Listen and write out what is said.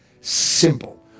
simple